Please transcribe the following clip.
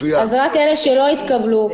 אומר רק את אלה שלא התקבלו.